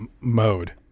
mode